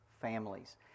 families